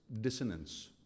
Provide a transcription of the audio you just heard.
dissonance